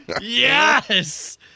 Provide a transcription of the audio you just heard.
Yes